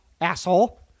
asshole